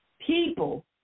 people